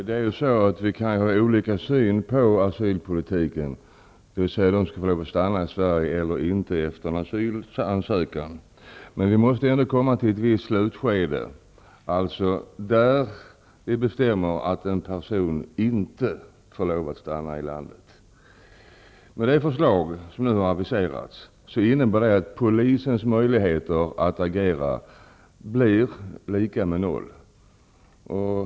Herr talman! Vi kan ju ha olika syn på asylpolitiken, dvs. om de asylsökande skall få lov att stanna i Sverige eller inte efter en asylansökan, men vi måste ändå komma till ett visst slutskede där vi bestämmer att en person inte får lov att stanna i landet. Det förslag som nu har avviserats innebär att polisens möjligheter att agera blir lika med noll.